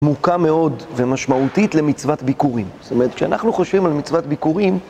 עמוקה מאוד ומשמעותית למצוות ביקורים. זאת אומרת, כשאנחנו חושבים על מצוות ביקורים